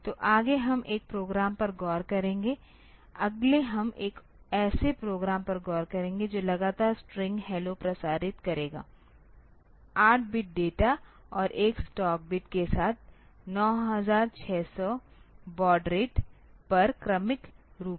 तो आगे हम एक प्रोग्राम पर गौर करेंगे अगले हम एक ऐसे प्रोग्राम पर गौर करेंगे जो लगातार स्ट्रिंग हेल्लो प्रसारित करेगा 8 बिट डेटा और 1 स्टॉप बिट के साथ 9600 बॉड रेट पर क्रमिक रूप से